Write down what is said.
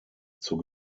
zur